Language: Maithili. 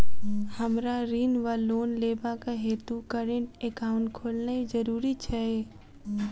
हमरा ऋण वा लोन लेबाक हेतु करेन्ट एकाउंट खोलेनैय जरूरी छै?